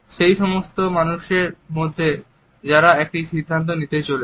সেই সমস্ত মানুষের মধ্যে যারা একটি সিদ্ধান্ত নিতে চলেছেন